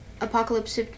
apocalypse